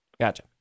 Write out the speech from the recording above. Gotcha